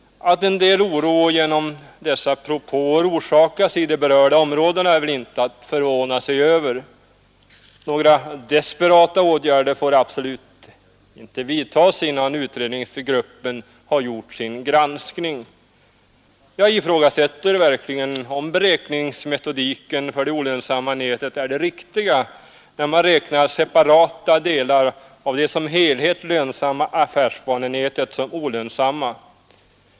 Att en del oro genom dessa propåer orsakas i de berörda områdena är inte att förvåna sig över. Några desperata åtgärder får absolut inte vidtas innan utredningsgruppen har gjort sin granskning. Jag ifrågasätter verkligen om beräkningsmetodiken för det olönsamma nätet är den riktiga, när man räknar separata delar av det som helhet lönsamma affärsbanenätet som olönsamma.